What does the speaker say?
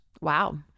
Wow